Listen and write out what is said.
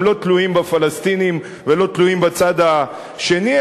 הם לא תלויים בפלסטינים ולא תלויים בצד השני,